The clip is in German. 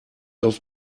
auf